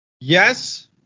Yes